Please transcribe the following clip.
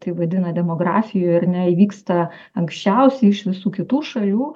tai vadina demografijoj ar ne įvyksta anksčiausiai iš visų kitų šalių